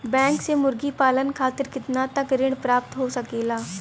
Bank से मुर्गी पालन खातिर कितना तक ऋण प्राप्त हो सकेला?